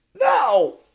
No